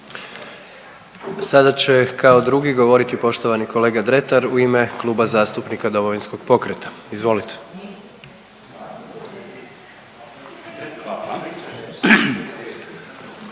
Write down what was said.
Sada će kao drugi govoriti poštovani kolega Dretar u ime Kluba zastupnika Domovinskog pokreta. Izvolite.